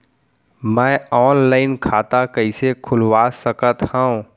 मैं ऑनलाइन खाता कइसे खुलवा सकत हव?